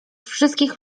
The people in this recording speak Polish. wszystkich